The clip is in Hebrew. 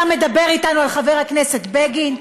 אתה מדבר איתנו על חבר הכנסת בגין?